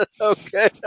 Okay